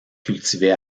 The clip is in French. cultivée